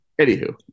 anywho